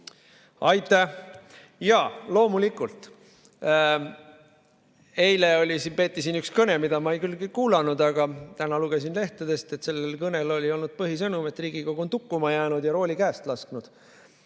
Aitäh! Jaa, loomulikult. Eile peeti siin üks kõne, mida ma küll ei kuulanud, aga täna lugesin lehtedest, et selle kõne põhisõnum oli olnud see, et Riigikogu on tukkuma jäänud ja rooli käest lasknud.